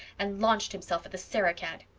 and launched himself at the sarah-cat.